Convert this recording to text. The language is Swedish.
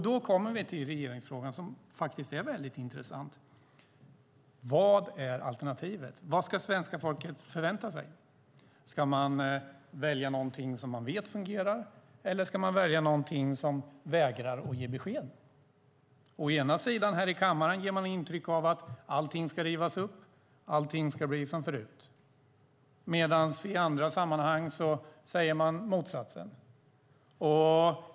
Då kommer vi till regeringsfrågan, som faktiskt är väldigt intressant. Vad är alternativet? Vad ska svenska folket förvänta sig? Ska man välja någonting som man vet fungerar, eller ska man välja någonting som vägrar att ge besked? Å ena sidan ger man här i kammaren intryck av att allting ska rivas upp och allting ska bli som förut, men å andra sidan säger man i olika sammanhang motsatsen.